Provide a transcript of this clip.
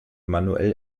manuell